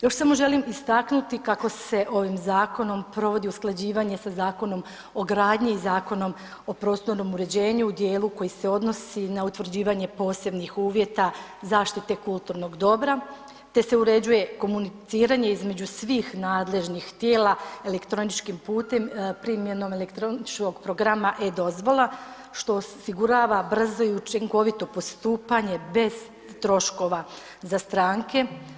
Još samo želim istaknuti kako se ovim zakonom provodi usklađivanje sa Zakonom o gradnji i Zakonom u prostornom uređenju u dijelu koji se odnosi na utvrđivanje posebnih uvjeta zaštite kulturnog dobra te se uređuje komuniciranje između svih nadležnih tijela elektroničkim putem primjenom elektroničkog programa e-dozvola, što osigurava brzo i učinkovito postupanje bez troškova za stranke.